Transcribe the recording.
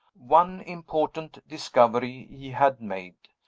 one important discovery he had made,